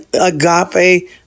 agape